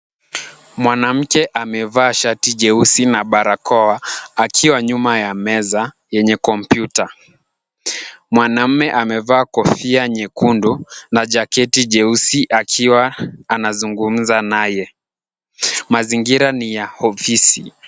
Mwanamke amevaa shati jeusi na barakoa akiwa nyuma ya meza yenye kompyuta. Mwanaume amevaa kofia nyekundu na jaketi jeusi akiwa anazungumza naye. Mazingira ni ya ofisi.